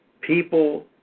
people